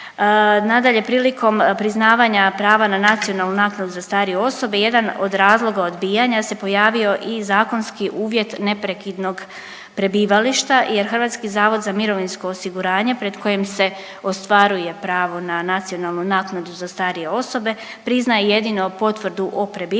Nadalje, prilikom priznavanja prava na nacionalnu naknadu za starije osobe jedan od razloga odbijanja se pojavio i zakonski uvjet neprekidnog prebivališta jer HZMO pred kojim se ostvaruje pravo na nacionalnu naknadu za starije osobe priznaje jedno potvrdu o prebivalištu